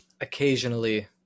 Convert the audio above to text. occasionally